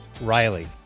Riley